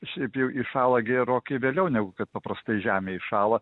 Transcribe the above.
šiaip jau įšąla gerokai vėliau negu kad paprastai žemė įšąla